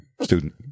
student